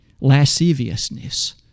lasciviousness